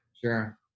sure